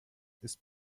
ist